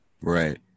Right